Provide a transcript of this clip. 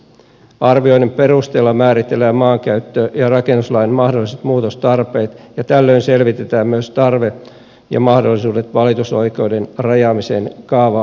arvioinnin perusteella määritellään maankäyttö ja rakennuslain mahdolliset muutostarpeet ja tällöin selvitetään myös tarve ja mahdollisuudet valitusoikeuden rajaamiseen kaava asioissa